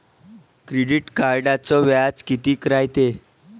Credit कार्डचं व्याज कितीक रायते?